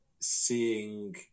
seeing